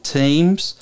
teams